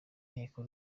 inteko